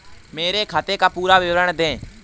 मेरे खाते का पुरा विवरण दे?